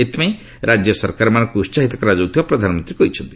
ଏଥିପାଇଁ ରାଜ୍ୟ ସରକାରମାନଙ୍କୁ ଉହାହିତ କରାଯାଉଥିବା ପ୍ରଧାନମନ୍ତ୍ରୀ କହିଛନ୍ତି